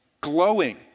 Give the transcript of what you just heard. glowing